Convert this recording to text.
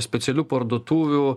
specialių parduotuvių